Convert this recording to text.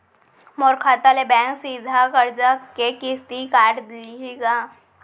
मोर खाता ले बैंक सीधा करजा के किस्ती काट लिही का?